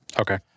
Okay